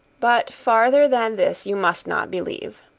but farther than this you must not believe.